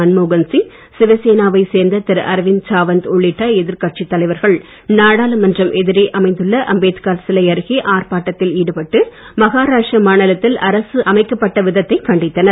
மன்மோகன்சிய் சிவசேனா வைச் சேர்ந்த திரு அரவிந்த் சாவந்த் உள்ளிட்ட எதிர்கட்சித் தலைவர்கள் நாடாளுமன்றம் எதிரே அமைந்துள்ள அம்பேத்கார் சிலை அருகே ஆர்ப்பாட்டத்தில் ஈடுபட்டு மஹாராஷ்டிர மாநிலத்தில் அரசு அமைக்கப் பட்ட விதத்தைக் கண்டித்தனர்